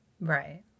right